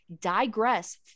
digress